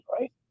right